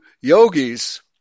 yogis